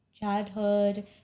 childhood